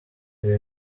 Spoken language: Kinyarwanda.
ibi